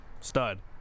Stud